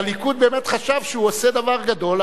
הליכוד באמת חשב שהוא עושה דבר גדול,